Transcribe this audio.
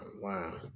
wow